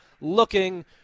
looking